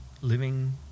living